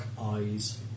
eyes